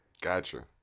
Gotcha